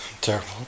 Terrible